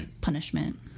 punishment